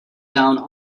down